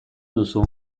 duzu